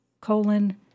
colon